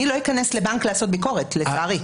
אני לא אכנס לבנק לעשות ביקורת, לצערי.